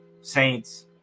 Saints